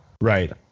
right